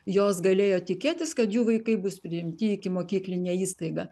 jos galėjo tikėtis kad jų vaikai bus priimti į ikimokyklinę įstaigą